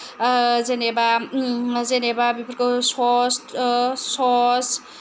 जेनेबा जेनेबा बेफोरखौ स'स स'स